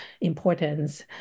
importance